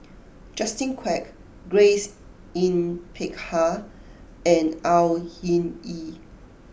Justin Quek Grace Yin Peck Ha and Au Hing Yee